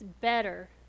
better